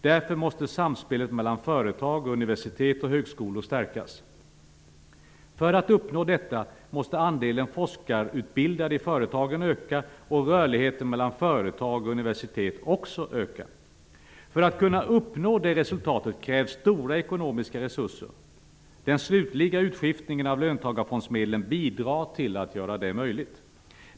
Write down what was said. Därför måste samspelet mellan företag och universitet och högskolor stärkas. För att uppnå detta måste andelen forskarutbildade i företagen öka, och rörligheten mellan företag och universitet måste också öka. För att kunna uppnå det resultatet krävs stora ekonomiska resurser. Den slutliga utskiftningen av löntagarfondsmedlen bidrar till att göra det möjligt.